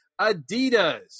Adidas